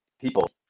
people